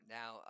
now